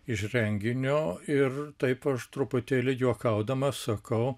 iš renginio ir taip aš truputėlį juokaudamas sakau